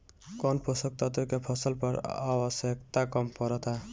कौन पोषक तत्व के फसल पर आवशयक्ता कम पड़ता?